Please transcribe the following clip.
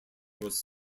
was